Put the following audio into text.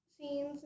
Scenes